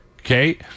Okay